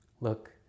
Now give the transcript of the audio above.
look